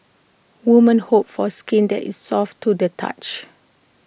women hope for skin that is soft to the touch